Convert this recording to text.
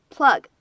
Plug